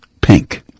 pink